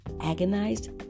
agonized